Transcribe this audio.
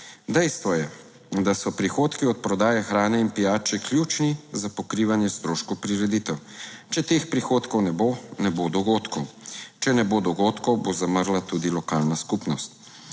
Dejstvo je, da so prihodki od prodaje hrane in pijače ključni za pokrivanje stroškov prireditev. Če teh prihodkov ne bo, ne bo dogodkov. Če ne bo dogodkov, bo zamrla tudi lokalna skupnost.